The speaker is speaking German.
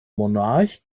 monarch